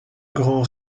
grand